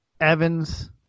Evans